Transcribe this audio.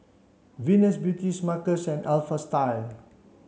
Venus Beauty Smuckers and Alpha Style